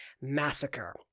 Massacre